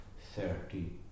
thirty